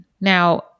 Now